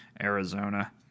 Arizona